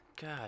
God